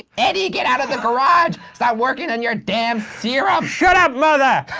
eddie, get out of the garage. stop working on your damn serum. shut up, mother.